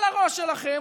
על הראש שלכם,